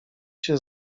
się